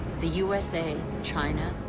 the usa, china,